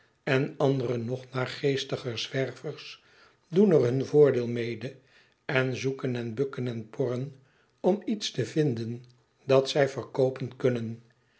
en andere nog naargeestiger zwervers doen er hun voordeel mede en zoeken en bukken en porren om iets te vinden dat zij verkoopen kunnen